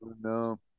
No